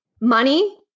money